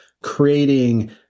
creating